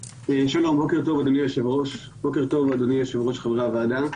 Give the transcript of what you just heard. שלום, בוקר טוב לאדוני היושב ראש ולחברי הוועדה.